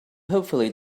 hopefully